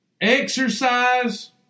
exercise